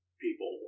people